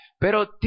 Pero